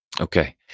Okay